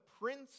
prince